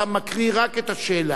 אתה מקריא רק את השאלה.